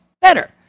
better